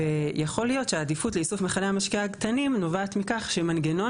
ויכול להיות שהעדיפות לאיסוף מכלי המשקה הקטנים נובעת מכך שמנגנון